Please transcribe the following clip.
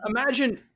Imagine